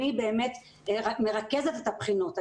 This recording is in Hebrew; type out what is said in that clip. אני באמת מרכזת את הבחינות.